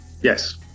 Yes